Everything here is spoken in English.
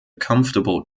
comfortable